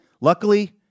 Luckily